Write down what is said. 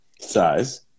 Size